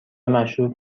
مشروب